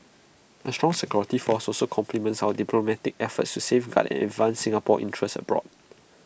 A strong security force also complements our diplomatic efforts to safeguard and advance Singapore's interests abroad